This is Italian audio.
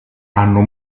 hanno